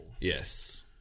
Yes